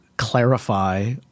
clarify